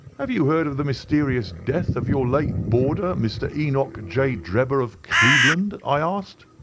have you heard of the mysterious death of your late boarder mr. enoch j. drebber, of cleveland i asked.